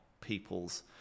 people's